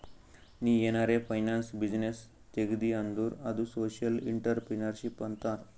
ನೀ ಏನಾರೆ finance business ತೆಗ್ದಿ ಅಂದುರ್ ಅದು ಸೋಶಿಯಲ್ ಇಂಟ್ರಪ್ರಿನರ್ಶಿಪ್ ಅಂತಾರ್